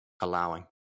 Allowing